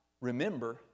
remember